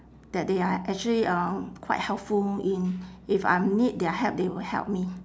that they are actually uh quite helpful in if I'm need their help they will help me